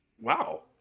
Wow